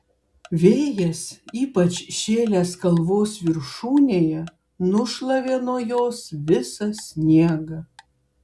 vėjas ypač šėlęs kalvos viršūnėje nušlavė nuo jos visą sniegą